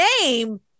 name